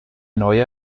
neue